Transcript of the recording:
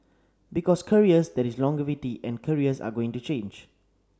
because careers there is longevity and careers are going to change